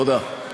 תודה.